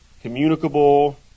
communicable